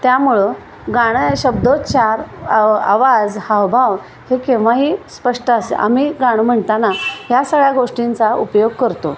त्यामुळं गाणं शब्दोच्चार आ आवाज हावभाव हे केव्हाही स्पष्ट असे आम्ही गाणं म्हणताना ह्या सगळ्या गोष्टींचा उपयोग करतो